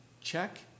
Check